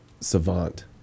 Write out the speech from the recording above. savant